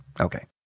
Okay